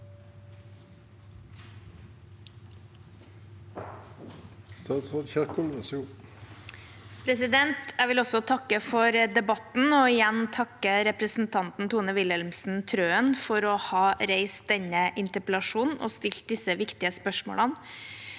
Jeg vil også tak- ke for debatten, og igjen takke representanten Tone Wilhelmsen Trøen for å ha kommet med denne interpellasjonen og stilt disse viktige spørsmålene.